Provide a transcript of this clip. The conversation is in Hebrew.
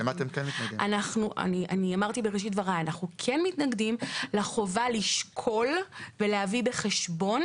אנחנו כן מתנגדים לחובה לשקול ולהביא בחשבון